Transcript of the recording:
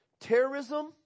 terrorism